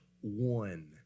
one